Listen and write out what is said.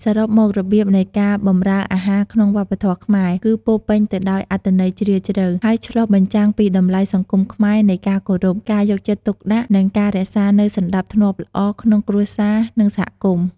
សរុបមក របៀបនៃការបម្រើអាហារក្នុងវប្បធម៌ខ្មែរគឺពោរពេញទៅដោយអត្ថន័យជ្រាលជ្រៅ ហើយឆ្លុះបញ្ចាំងពីតម្លៃសង្គមខ្មែរនៃការគោរព ការយកចិត្តទុកដាក់ និងការរក្សានូវសណ្តាប់ធ្នាប់ល្អក្នុងគ្រួសារ និងសហគមន៍។